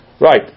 Right